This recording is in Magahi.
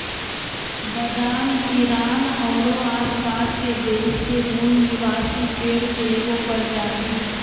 बादाम ईरान औरो आसपास के देश के मूल निवासी पेड़ के एगो प्रजाति हइ